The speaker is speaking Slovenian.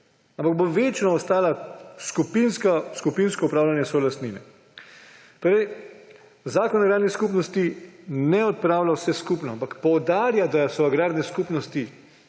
ampak bo večno ostalo skupinsko upravljanje solastnine. Zakon o agrarnih skupnostih ne odpravlja vse skupno, ampak poudarja, da so agrarne skupnosti